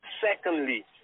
Secondly